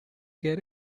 get